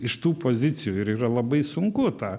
iš tų pozicijų ir yra labai sunku tą